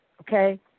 okay